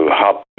hop